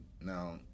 now